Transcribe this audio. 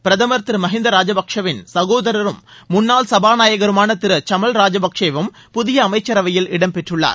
பிரதமர் திரு மகிந்தா ராஜபக்ஷேவிள் சகோதரரும் முன்னாள் சபாநாயகருமான திரு சமல் ராஜபக்ஷேவும் புதிய அமைச்சரவையில் இடம் பெற்றுள்ளார்